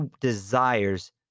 desires